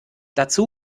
dazu